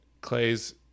Clay's